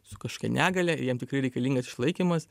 su kažkokia negalia ir jam tikrai reikalingas išlaikymas